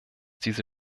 diese